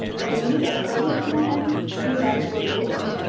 and, if you need to exfoliate before hand, do the exfoliation.